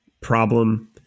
problem